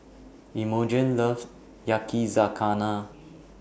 Imogene loves Yakizakana